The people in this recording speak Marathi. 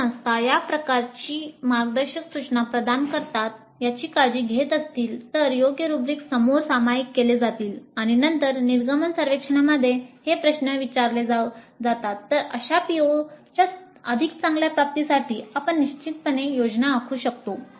जर संस्था या प्रकारची मार्गदर्शक सूचना प्रदान करतात याची काळजी घेत असतील तर योग्य रुब्रिक्स समोर सामायिक केले जातील आणि नंतर निर्गमन सर्वेक्षणामध्ये हे प्रश्न विचारले जातील तर अशा POच्या अधिक चांगल्या प्राप्तीसाठी आपण निश्चितपणे योजना आखू शकतो